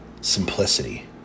simplicity